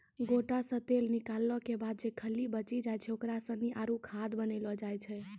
गोटा से तेल निकालो के बाद जे खल्ली बची जाय छै ओकरा सानी आरु खाद बनैलो जाय छै